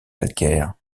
calcaire